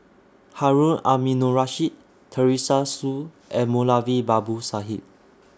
Harun Aminurrashid Teresa Hsu and Moulavi Babu Sahib